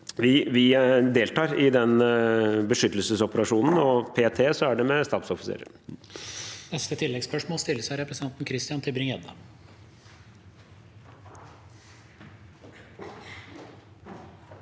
Vi deltar i den beskyttelsesoperasjonen, og p.t. er det med stabsoffiserer.